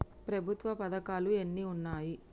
ప్రభుత్వ పథకాలు ఎన్ని ఉన్నాయి?